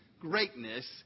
greatness